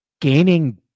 gaining